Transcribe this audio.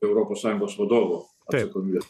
europos sąjungos vadovo atsakomybė